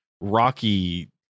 rocky